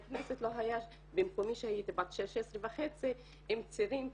הכנסת לא היה במקומי כשהייתי בת 16.5 עם צירים,